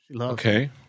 Okay